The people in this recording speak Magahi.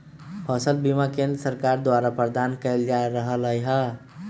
फसल बीमा केंद्र सरकार द्वारा प्रदान कएल जा रहल हइ